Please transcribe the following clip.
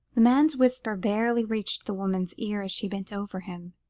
the man's whisper barely reached the woman's ears, as she bent over him.